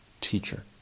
teacher